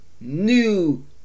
new